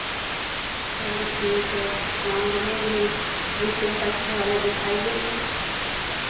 चलो ठीक है हाँ हमें यही लैपटॉप अच्छे वाला दिखाइए